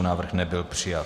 Návrh nebyl přijat.